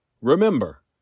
Remember